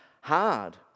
hard